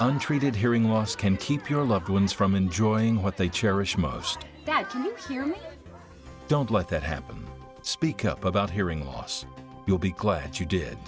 untreated hearing loss can keep your loved ones from enjoying what they cherish most that came here don't let that happen speak up about hearing loss you'll be glad you did